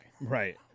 Right